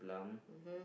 mmhmm